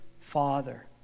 father